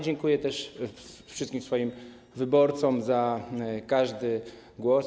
Dziękuję też wszystkim swoim wyborcom za każdy głos.